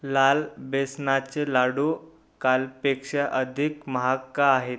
लाल बेसनाचे लाडू कालपेक्षा अधिक महाग का आहेत